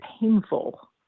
painful